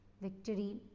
victory